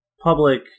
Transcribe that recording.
public